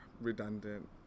redundant